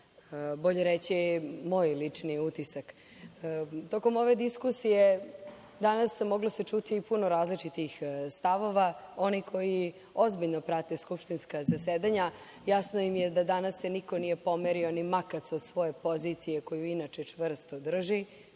bolje reći moj lični utisak. Tokom ove diskusije danas se moglo čuti puno različitih stavova. Oni koji ozbiljno prate skupštinska zasedanja, jasno im je da se danas niko nije pomerio ni makac od svoje pozicije koju inače čvrsto drži.